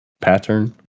pattern